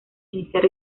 iniciar